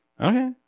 okay